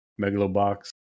Megalobox